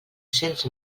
cents